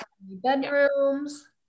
bedrooms